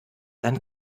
dann